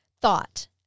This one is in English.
thought